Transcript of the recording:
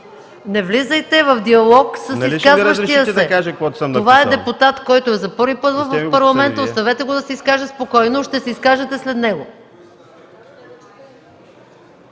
не влизайте в диалог с изказващия се. Това е депутат, който е за първи път в Парламента, оставете го да се изкаже спокойно. Ще се изкажете след него.